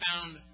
found